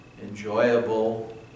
enjoyable